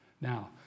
Now